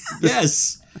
Yes